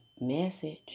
message